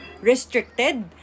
restricted